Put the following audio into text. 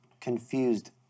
confused